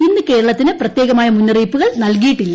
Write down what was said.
ഇന്ന് കേരളത്തിന് പ്രത്യേകമായ മുന്നറിയിപ്പുകൾ നൽകിയിട്ടില്ല